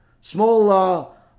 small